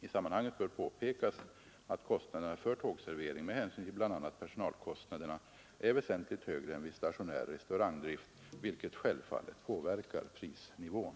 I sammanhanget bör påpekas att kostnaderna för tågservering med hänsyn till bl.a. personalkostnaderna är väsentligt högre än vid stationär restaurangdrift, vilket självfallet påverkar prisnivån.